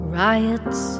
riots